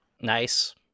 Nice